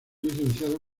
licenciado